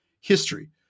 history